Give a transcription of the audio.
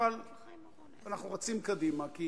אבל אנחנו רצים קדימה, כי